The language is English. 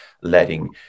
letting